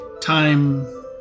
Time